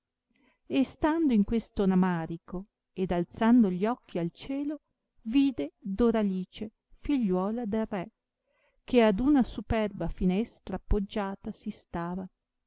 e stando in questo ramarico ed alzando gli occhi al cielo vide doralice figliuola del re che ad una superba finestra appoggiata si stava